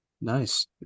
Nice